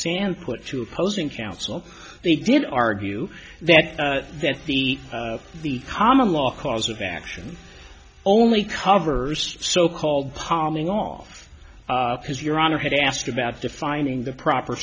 sand put two opposing counsel they did argue that that the the common law cause of action only covers so called palming all because your honor had asked about defining the proper